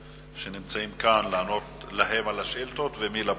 נציבות תלונות הציבור ונציבות תלונות הציבור